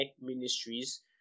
Ministries